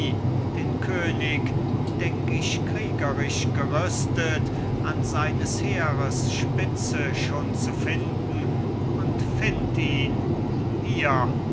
den könig denk ich kriegerisch gerüstet an seines heeres spitze schon zu finden und find ihn hier